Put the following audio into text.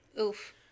Oof